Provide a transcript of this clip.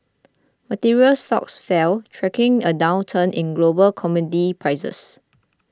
materials stocks fell tracking a downturn in global commodity prices